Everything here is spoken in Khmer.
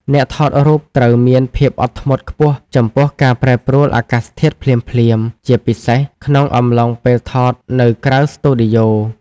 អ្នកថតរូបត្រូវមានភាពអត់ធ្មត់ខ្ពស់ចំពោះការប្រែប្រួលអាកាសធាតុភ្លាមៗ ជាពិសេសក្នុងអំឡុងពេលថតនៅក្រៅស្ទូឌីយ៉ូ។